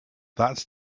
that